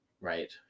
Right